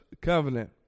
covenant